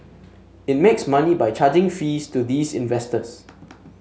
it makes money by charging fees to these investors